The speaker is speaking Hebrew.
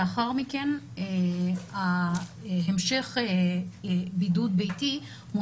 לאחר מכן המשך בידוד ביתי,